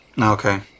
Okay